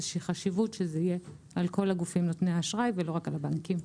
חשיבות שזה יהיה על כול הגופים נותני האשראי ולא רק על הבנקים.